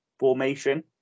formation